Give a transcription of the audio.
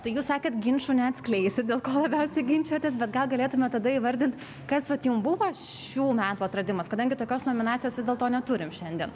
tai jūs sakėt ginčų neatskleisit dėl ko labiausiai ginčijotės bet gal galėtumėte tada įvardint kas vat jum buvo šių metų atradimas kadangi tokios nominacijos vis dėlto neturim šiandien